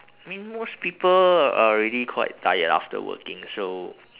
I mean most people already quite tired after working so